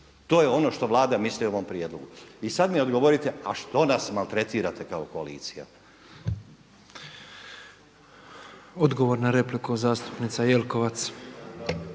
To je ono što Vlada misli o ovom prijedlogu. A sad mi odgovorite a što nas maltretirate kao koalicija? **Petrov, Božo (MOST)** Odgovor na repliku, zastupnica Jelkovac.